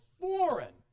foreign